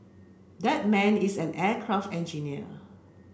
that man is an aircraft engineer